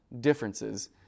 differences